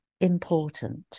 important